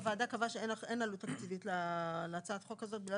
והוועדה קבעה שאין עלות תקציבית להצעת החוק הזאת.